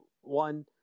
One